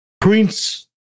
Prince